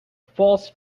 false